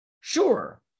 sure